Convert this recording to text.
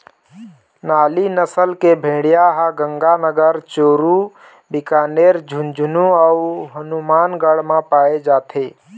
नाली नसल के भेड़िया ह गंगानगर, चूरू, बीकानेर, झुंझनू अउ हनुमानगढ़ म पाए जाथे